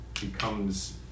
becomes